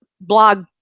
blog